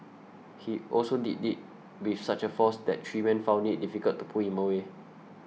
he also did it with such a force that three men found it difficult to pull him away